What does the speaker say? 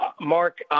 Mark